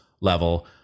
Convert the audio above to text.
level